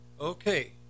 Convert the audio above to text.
Okay